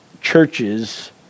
churches